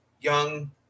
young